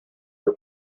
your